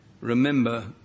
Remember